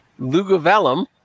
Lugavellum